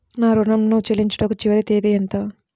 నా ఋణం ను చెల్లించుటకు చివరి తేదీ ఎంత?